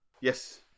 Yes